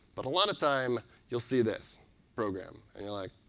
but a lot of time you'll see this program. and you're like,